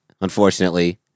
Unfortunately